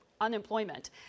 unemployment